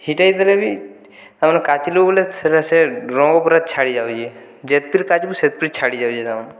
ହିଟେଇ ଦେଲେବି ତାମାନେ କାଚ୍ଲୁ ବେଲେ ସେଟା ସେ ରଙ୍ଗ୍ ପୁରା ଛାଡ଼ିଯାଉଛେ ଯେତ୍ଥର୍ କାଚ୍ବୁ ସେତେ ଥର୍ ଛାଡ଼ିଯାଉଛେ ତାମାନେ